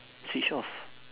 Switch off